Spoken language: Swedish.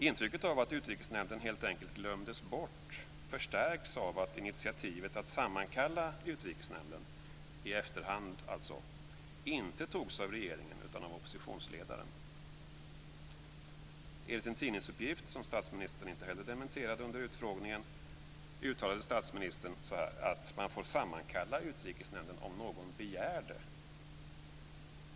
Intrycket av att Utrikesnämnden helt enkelt glömdes bort förstärks av att initiativet att sammankalla Utrikesnämnden - i efterhand alltså - inte togs av regeringen utan av oppositionsledaren. Enligt en tidningsuppgift, som statsministern inte heller dementerade under utfrågningen, uttalade statsministern att man får sammankalla Utrikesnämnden om någon begär det.